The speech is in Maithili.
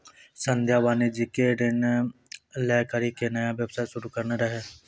संध्या वाणिज्यिक ऋण लै करि के नया व्यवसाय शुरू करने रहै